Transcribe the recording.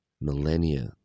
millennia